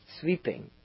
sweeping